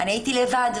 אני הייתי לבד.